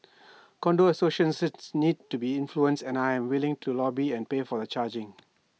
condo associations need to be influenced and I am willing to lobby and pay for the charging